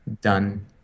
done